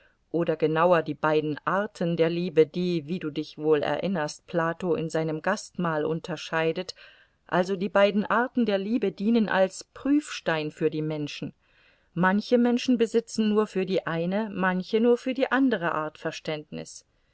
oder genauer die beiden arten der liebe die wie du dich wohl erinnerst plato in seinem gastmahl unterscheidet also die beiden arten der liebe dienen als prüfstein für die menschen manche menschen besitzen nur für die eine manche nur für die andere art verständnis